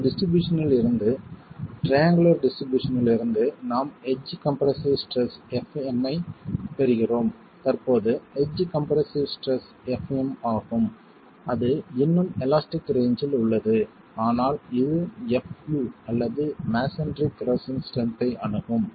இந்த டிஸ்ட்ரிபியூஷனில் இருந்து ட்ரையங்குளர் டிஸ்ட்ரிபியூஷனில் இருந்து நாம் எட்ஜ் கம்ப்ரசிவ் ஸ்ட்ரெஸ் fm ஐப் பெறுகிறோம் தற்போது எட்ஜ் கம்ப்ரசிவ் ஸ்ட்ரெஸ் fm ஆகும் அது இன்னும் எலாஸ்டிக் ரேஞ்சில் உள்ளது ஆனால் இது fu அல்லது மஸோன்றி கிரஸ்ஸிங் ஸ்ட்ரென்த் ஐ அணுகும்